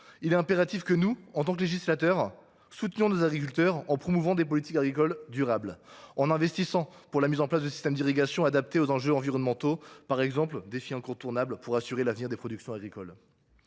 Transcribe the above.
Il est impératif que nous, législateurs, soutenions nos agriculteurs, en promouvant des politiques agricoles durables et des investissements, par exemple, dans la mise en place de systèmes d’irrigation adaptés aux enjeux environnementaux, défi incontournable pour assurer l’avenir des productions agricoles.